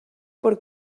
per